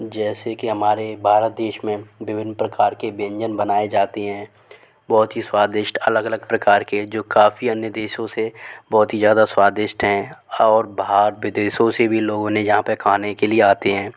जैसे कि हमारे भारत देश में विभिन्न प्रकार के व्यंजन बनाए जाते हैं बहीत ही स्वादिष्ट अलग अलग प्रकार के जो काफ़ी अन्य देशों से बहुत हि ज़्यादा स्वादिष्ट हैं और बाहर विदेशों से भी लोगों उन्हे यहाँ पर खाने के लिए आते हैं